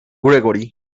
gregory